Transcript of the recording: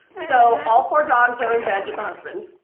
so all four dogs are in bed with the husband,